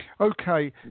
Okay